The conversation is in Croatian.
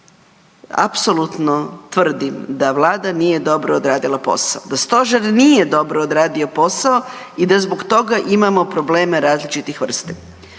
Apsolutno tvrdim da Vlada nije dobro odradila posao, da Stožer nije dobro odradio posao i da zbog toga imamo probleme različitih vrsta.